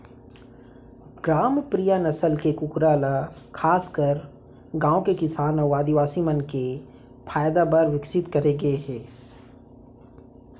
ग्रामप्रिया नसल के कूकरा ल खासकर गांव के किसान अउ आदिवासी मन के फायदा बर विकसित करे गए हे